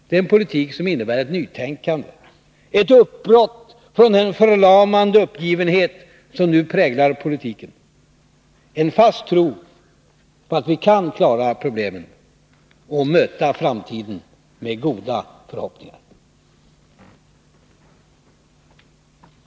Det är en politik som innebär ett nytänkande, ett uppbrott från den förlamande uppgivenhet som nu präglar politiken, en fast tro på att vi kan klara problemen och möta framtiden med goda förhoppningar.